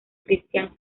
cristián